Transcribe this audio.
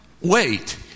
wait